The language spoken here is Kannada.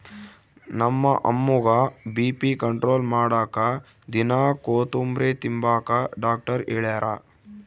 ನಮ್ಮ ಅಮ್ಮುಗ್ಗ ಬಿ.ಪಿ ಕಂಟ್ರೋಲ್ ಮಾಡಾಕ ದಿನಾ ಕೋತುಂಬ್ರೆ ತಿಂಬಾಕ ಡಾಕ್ಟರ್ ಹೆಳ್ಯಾರ